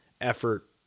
effort